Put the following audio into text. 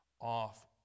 off